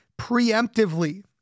preemptively